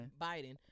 Biden